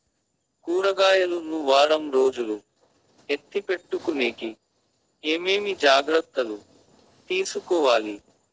కూరగాయలు ను వారం రోజులు ఎత్తిపెట్టుకునేకి ఏమేమి జాగ్రత్తలు తీసుకొవాలి?